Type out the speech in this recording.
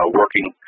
working